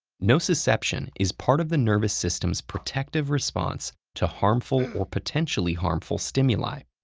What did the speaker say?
nociception is part of the nervous system's protective response to harmful or potentially harmful stimuli.